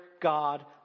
God